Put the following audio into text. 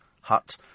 hut